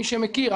מי שמכיר,